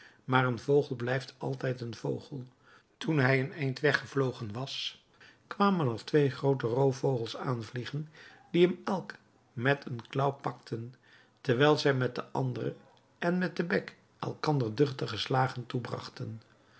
maar een vogel blijft altijd een vogel toen hij een eind ver weggevlogen was kwamen er twee groote roofvogels aanvliegen die hem elk met een klauw pakten terwijl zij met de andere en met den bek elkander duchtige slagen toebrachten